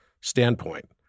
standpoint